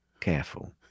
Careful